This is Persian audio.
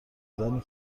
زنی